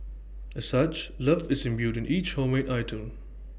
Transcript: as such love is imbued in each homemade item